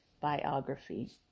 Biography